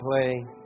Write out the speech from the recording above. play